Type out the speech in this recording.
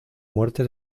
muerte